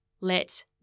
let